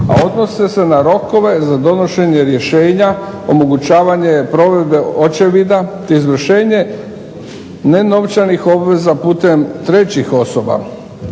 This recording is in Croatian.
a odnose se na rokove za donošenje rješenja, omogućavanje provedbe očevida te izvršenje nenovčanih obveza putem trećih osoba.